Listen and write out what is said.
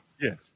Yes